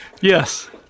Yes